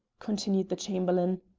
continued the chamberlain.